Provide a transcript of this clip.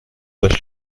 were